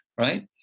right